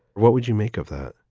what would you make of that?